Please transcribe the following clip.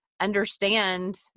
understand